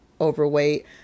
overweight